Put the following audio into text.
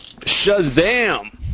Shazam